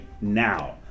now